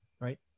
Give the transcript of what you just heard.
right